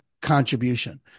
contribution